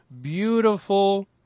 beautiful